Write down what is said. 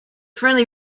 friendly